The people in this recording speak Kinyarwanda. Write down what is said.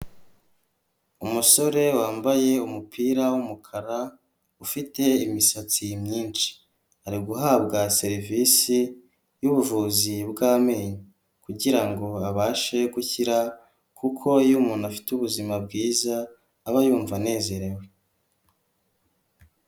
Umusore wambaye umupira wumukara ufite imisatsi myinshi, ari guhabwa serivisi y'ubuvuzi bw'amenyo, kugira ngo abashe gushyira kuko iyo umuntu afite ubuzima bwiza aba yumva anezerewe.